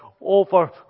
over